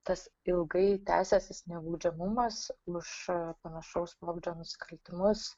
tas ilgai tęsęsis nebaudžiamumas muša panašaus pobūdžio nusikaltimus